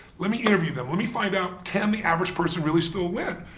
let me interview them, let me find out can the average person really still win?